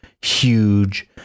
huge